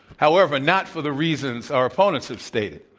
however, not for the reasons our opponents have stated.